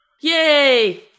Yay